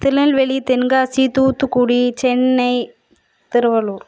Tirunelveli Tenkasi Thoothukudi Chennai Tiruvallur